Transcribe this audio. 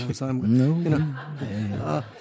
No